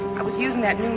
i was using that